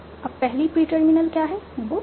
अब पहली pre terminal क्या है बुक